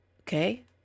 Okay